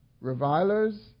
revilers